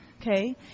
okay